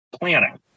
planning